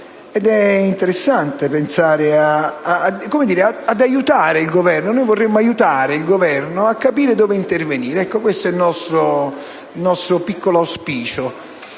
ed è interessante pensare di aiutare il Governo. Noi vorremmo aiutare il Governo a capire dove intervenire. Questo è il nostro piccolo auspicio,